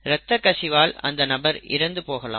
ரத்தக் கசிவினால் அந்த நபர் இறந்து போகலாம்